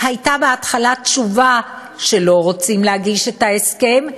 הייתה בהתחלה תשובה שלא רוצים להגיש את ההסכם,